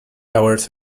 hours